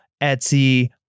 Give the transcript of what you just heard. Etsy